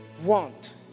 want